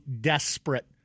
desperate